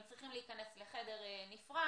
הם צריכים להיכנס לחדר נפרד,